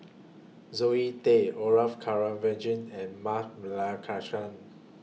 Zoe Tay Orfeur Cavenagh and Ma Balakrishnan